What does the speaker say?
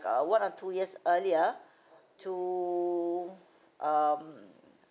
err one or two years earlier to um